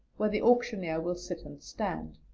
where the auctioneer will sit and stand.